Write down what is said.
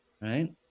right